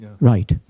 right